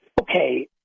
Okay